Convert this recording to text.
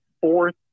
fourth